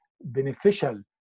beneficial